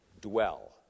Dwell